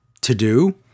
to-do